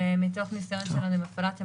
ומתוך ניסיון שלנו עם הפעלת המלוניות,